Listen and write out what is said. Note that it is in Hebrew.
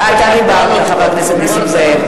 אתה דיברת, חבר הכנסת נסים זאב.